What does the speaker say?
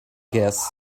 guess